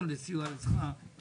זה יעלה מחיר אחר.